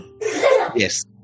yes